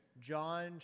John